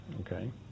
Okay